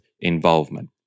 involvement